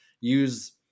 use